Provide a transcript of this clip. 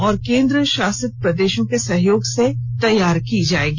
और केन्द्रशासित प्रदेशों के सहयोग से तैयार की जायेगी